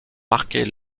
marquer